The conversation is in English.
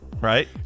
Right